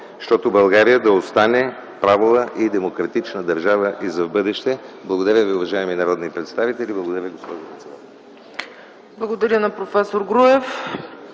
щото България да остане правова и демократична държава и в бъдеще. Благодаря ви, уважаеми народни представители, благодаря, госпожо